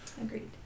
Agreed